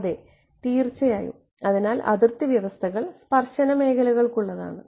അതെ തീർച്ചയായും അതിനാൽ അതിർത്തി വ്യവസ്ഥകൾ സ്പർശന മേഖലകൾക്കുള്ളതാണ്